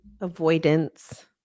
avoidance